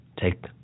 take